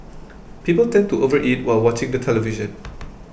people tend to overeat while watching the television